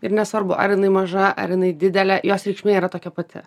ir nesvarbu ar jinai maža ar jinai didelė jos reikšmė yra tokia pati